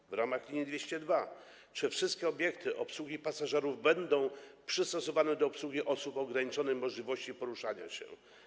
Czy w ramach linii nr 202 wszystkie obiekty obsługi pasażerów będą przystosowane do obsługi osób o ograniczonej możliwości poruszania się?